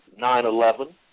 9-11